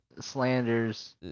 slanders